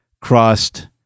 crossed